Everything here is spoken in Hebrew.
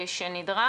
הרשות